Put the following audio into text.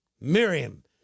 Miriam